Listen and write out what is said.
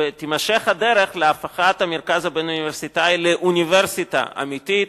ותימשך הדרך להפיכת המרכז הבין-אוניברסיטאי לאוניברסיטה אמיתית,